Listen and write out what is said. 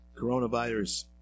Coronavirus